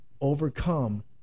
overcome